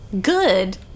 Good